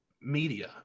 media